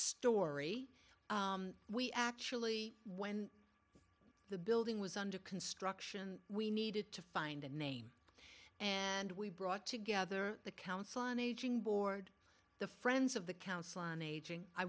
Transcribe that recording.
story we actually when the building was under construction we needed to find a name and we brought together the council an aging board the friends of the council on aging i